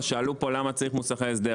אתה רוצה להגיד לרשות התחרות מה לומר?